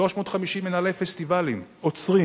350 מנהלי פסטיבלים, אוצרים